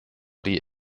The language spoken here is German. die